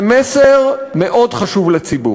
זה מסר מאוד חשוב לציבור,